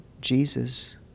Jesus